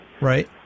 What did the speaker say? Right